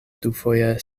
dufoje